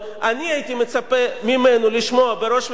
אני הייתי מצפה ממנו לשמוע בראש ובראשונה